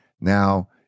now